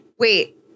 Wait